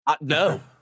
No